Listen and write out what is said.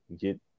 get